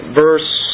verse